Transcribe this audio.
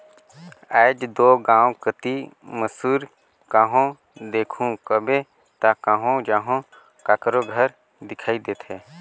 आएज दो गाँव कती मूसर कहो देखहू कहबे ता कहो जहो काकरो घर दिखई देथे